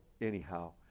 anyhow